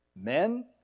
men